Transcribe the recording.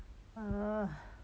uh